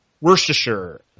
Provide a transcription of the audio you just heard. Worcestershire